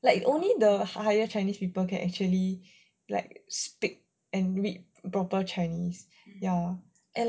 like only the higher chinese people can actually read and speak proper chinese ya and like